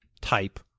type